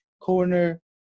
corner